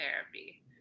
therapy